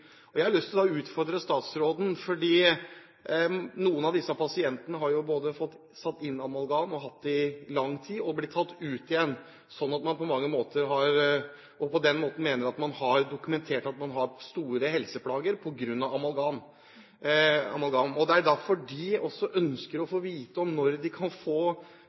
Jeg har lyst til å utfordre statsråden, for noen av disse pasientene har jo både fått satt inn amalgam, hatt det i lang tid og fått tatt det ut igjen, sånn at man på den måten mener at man har dokumentert at man har store helseplager på grunn av amalgam. Det er derfor de ønsker å få vite når de kan få